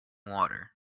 water